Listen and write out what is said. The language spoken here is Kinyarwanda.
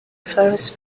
farious